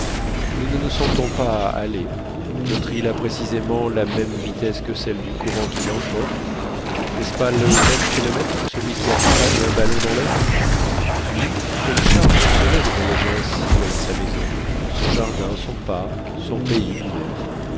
nous ne nous sentons pas aller notre île a précisément la même vitesse que celle du courant qui l'emporte n'est-ce pas le même phénomène que celui qui accompagne un ballon dans l'air puis quel charme ce serait de voyager ainsi avec sa maison son jardin son parc son pays lui-même